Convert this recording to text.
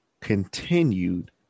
continued